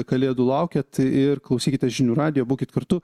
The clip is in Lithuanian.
kalėdų laukiat ir klausykite žinių radijo būkit kartu